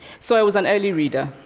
so i was an early reader,